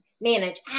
manage